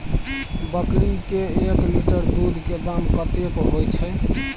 बकरी के एक लीटर दूध के दाम कतेक होय छै?